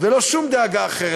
ולא שום דאגה אחרת,